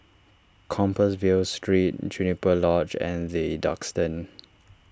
Compassvale Street Juniper Lodge and the Duxton